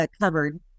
covered